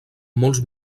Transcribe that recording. molts